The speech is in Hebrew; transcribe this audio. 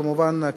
כמובן,